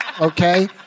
Okay